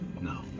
No